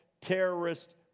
terrorist